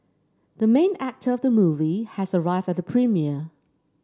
the main actor of the movie has arrived at the premiere